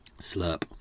Slurp